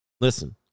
listen